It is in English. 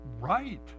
Right